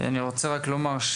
אני רוצה רק לומר,